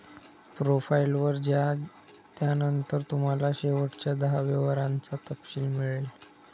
profile वर जा, त्यानंतर तुम्हाला शेवटच्या दहा व्यवहारांचा तपशील मिळेल